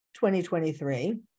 2023